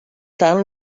tant